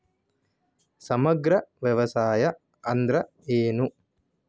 ಸಮಗ್ರ ವ್ಯವಸಾಯ ಅಂದ್ರ ಏನು?